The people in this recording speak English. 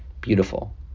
Beautiful